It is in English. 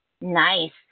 Nice